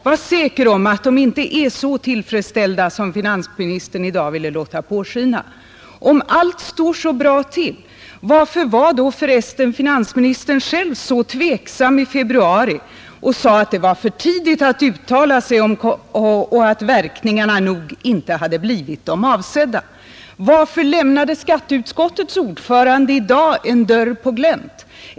Var säker om att de inte är så tillfredsställda som finansministern ville låta påskina! Och om allt står så bra till, varför var då för resten finansministern själv så tveksam i februari och sade att det var för tidigt att uttala sig och att verkningarna nog inte hade blivit de avsedda? Varför lämnade skatteutskottets ordförande i dag en dörr på glänt?